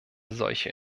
solche